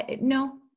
No